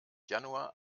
januar